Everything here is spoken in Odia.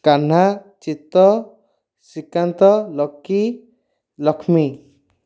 କାହ୍ନା ଚିତ୍ତ ଶ୍ରୀକାନ୍ତ ଲକି ଲକ୍ଷ୍ମୀ